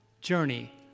journey